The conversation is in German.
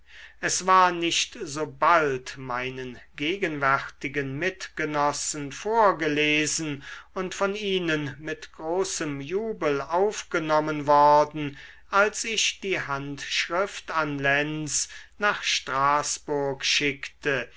es war nicht so bald meinen gegenwärtigen mitgenossen vorgelesen und von ihnen mit großem jubel aufgenommen worden als ich die handschrift an lenz nach straßburg schickte